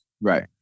Right